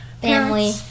family